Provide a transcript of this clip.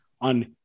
on